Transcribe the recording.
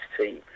team